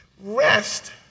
rest